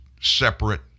separate